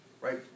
right